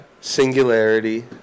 singularity